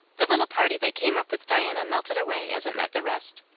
the little party that came up with diana melted away as it met the rest.